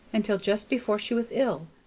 until just before she was ill,